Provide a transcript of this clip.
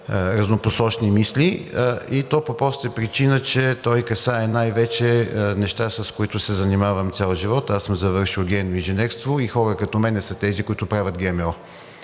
разнопосочни мисли, и то по простата причина, че той касае най-вече неща, с които се занимавам цял живот – аз съм завършил генно инженерство и хора като мен са тези, които правят ГМО.